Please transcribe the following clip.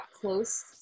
close